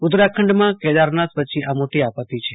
ઉતરાખંડમાં કેદારનાથ પછી આ મોટી આપતિ છે